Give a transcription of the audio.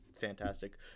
fantastic